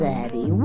Daddy